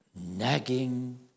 nagging